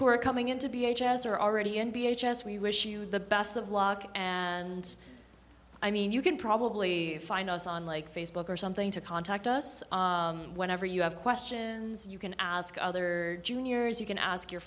who are coming into b h as are already in b h s we wish you the best of luck and i mean you can probably find us on like facebook or something to contact us whenever you have questions you can ask other juniors you can ask your